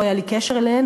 לא היה לי קשר אליהן,